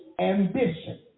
ambition